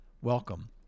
Welcome